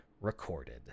recorded